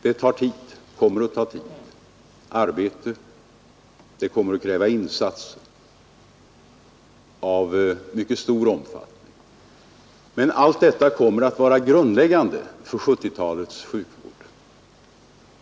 Det kommer att ta tid och arbete, och det kommer att kräva insatser av mycket stor omfattning. Men allt detta blir grundläggande för 1970-talets sjukvård.